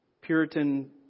Puritan